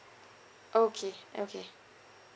okay okay